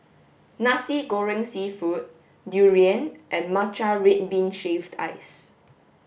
Nasi Goreng seafood durian and matcha red bean shaved ice